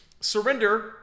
surrender